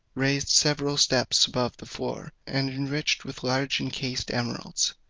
raised several steps above the floor, and enriched with large enchased emeralds,